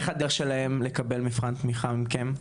מה הדרך שלהם לקבל מבחן תמיכה מכם?